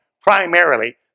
primarily